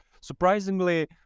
Surprisingly